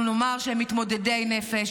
אנחנו נאמר שהם מתמודדי נפש.